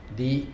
di